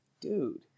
Dude